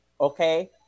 okay